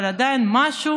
אבל זה עדיין משהו,